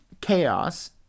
Chaos